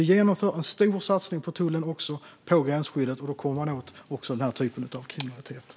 Vi genomför alltså en stor satsning på tullen och också på gränsskyddet, och då kommer man åt även denna typ av kriminalitet.